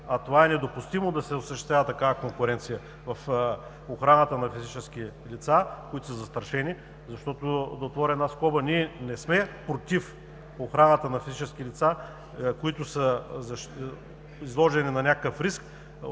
а е недопустимо да се осъществява такава конкуренция в охраната на физическите лица, които са застрашени. Защото, да отворя една скоба, ние не сме против охраната на физическите лица, които са изложени на някакъв риск